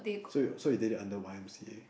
so you so you did it under Y_M_C_A